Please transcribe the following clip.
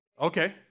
Okay